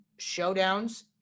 showdowns